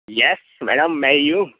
yes madam मैं ही हूँ